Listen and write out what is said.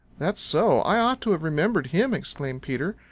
that's so i ought to have remembered him, exclaimed peter.